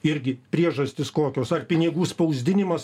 irgi priežastys kokios ar pinigų spausdinimas